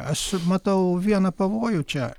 aš matau vieną pavojų čia